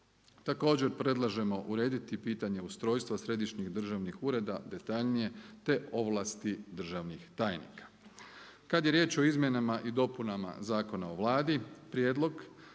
Također predlažemo urediti pitanje ustrojstva središnjih državni ureda detaljnije te ovlasti državnih tajnika. Kad je riječ o izmjenama i dopunama Zakona o Vladi prijedlog